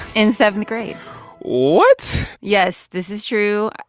in seventh grade what? yes, this is true.